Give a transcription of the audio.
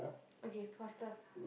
okay faster